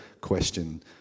question